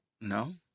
No